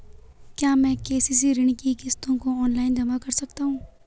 क्या मैं के.सी.सी ऋण की किश्तों को ऑनलाइन जमा कर सकता हूँ?